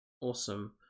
Awesome